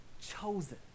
chosen